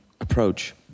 approach